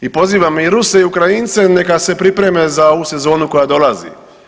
I pozivam i Ruse i Ukrajince neka se pripreme za ovu sezonu koja dolazi.